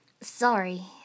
Sorry